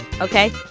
Okay